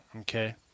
Okay